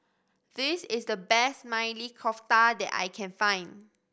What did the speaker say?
this is the best Maili Kofta that I can find